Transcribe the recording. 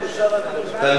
תלמוד מלמדים.